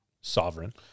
sovereign